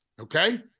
Okay